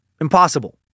Impossible